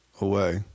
away